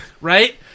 right